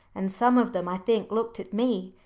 and some of them, i think, looked at me.